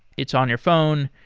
it's on your phone.